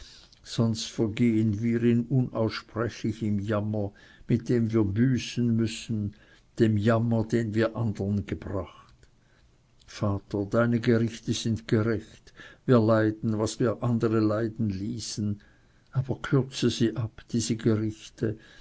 sonst vergehen wir in unaussprechlichem jammer mit dem wir büßen müssen dem jammer den wir anderen gebracht vater deine gerichte sind gerecht wir leiden was wir andere leiden ließen aber kürze sie ab diese gerichte